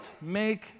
make